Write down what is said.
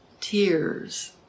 Tears